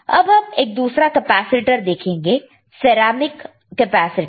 अब हम एक दूसरा कैपेसिटर देखेंगे सेरेमिक कैपेसिटर